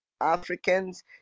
Africans